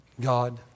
God